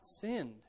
sinned